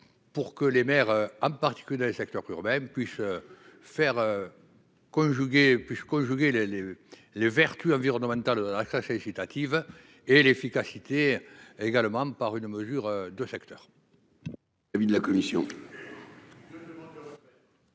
pour que les maires, en particulier dans les secteurs urbains, puissent conjuguer les vertus environnementales de la taxe incitative et l'efficacité des mesures de secteur.